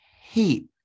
hate